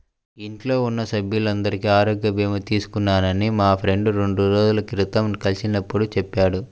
ఇంట్లో ఉన్న సభ్యులందరికీ ఆరోగ్య భీమా తీసుకున్నానని మా ఫ్రెండు రెండు రోజుల క్రితం కలిసినప్పుడు చెప్పాడు